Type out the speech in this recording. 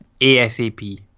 ASAP